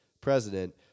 president